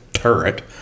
turret